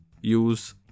use